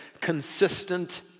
consistent